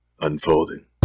Unfolding